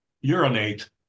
urinate